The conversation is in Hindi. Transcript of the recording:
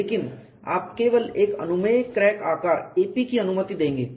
लेकिन आप केवल एक अनुमेय क्रैक आकार ap की अनुमति देंगे